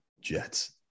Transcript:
Jets